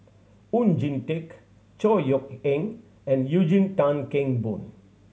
Oon Jin Teik Chor Yeok Eng and Eugene Tan Kheng Boon